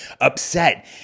upset